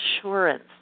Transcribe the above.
assurance